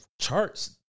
charts